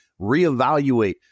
reevaluate